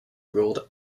ruled